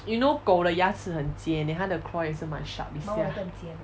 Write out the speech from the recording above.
you know 狗的牙齿很尖 then 它的 claw 也是蛮 sharp 一下